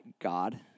God